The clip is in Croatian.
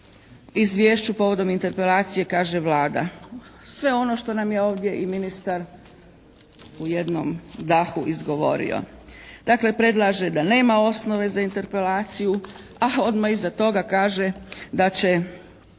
izvješću povodom interpelacije kaže Vlada? Sve ono što nam je ovdje i ministar u jednom dahu izgovorio. Dakle, predlaže da nema osnove za interpelaciju, a odmah iza toga kaže da će